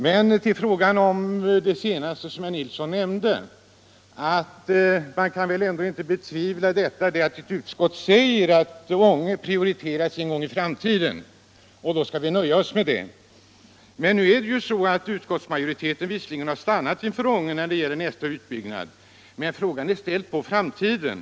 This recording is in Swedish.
Men herr Nilsson sade också att utskottet förklarat att Ånge bör prioriteras i nästa etapp, och det skall vi nöja oss med. Ja, utskottsmajoriteten har visserligen stannat för Ånge i nästa utbyggnadsetapp, men frågan är ställd på framtiden.